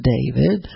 David